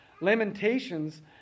Lamentations